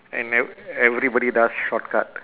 and ev~ everybody does shortcut